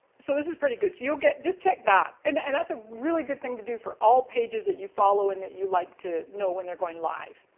so this is pretty good. so you'll get, just check that. and and that's a really good thing to do for all pages that you follow and that you like to know when they're going live.